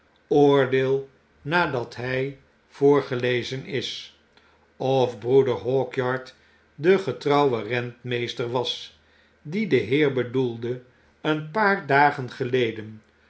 oordeel nadat hjj voorgelezen is of broeder hawkyard de getrouwe rentmeester was dien de heer bedoelde een paar dagen geleden